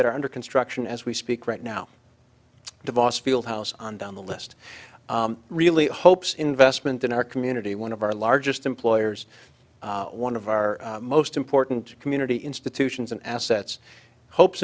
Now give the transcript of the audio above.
that are under construction as we speak right now de vos field house on down the list really hopes investment in our community one of our largest employers one of our most important community institutions and assets hopes